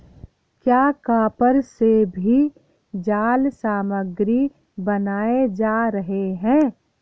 क्या कॉपर से भी जाल सामग्री बनाए जा रहे हैं?